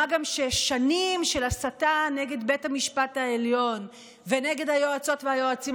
מה גם ששנים של הסתה נגד בית המשפט העליון ונגד היועצות והיועצים